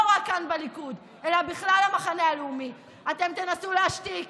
לא רק כאן בליכוד אלא בכלל המחנה הלאומי: אתם תנסו להשתיק